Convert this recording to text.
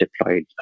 deployed